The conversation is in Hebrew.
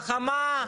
חכמה,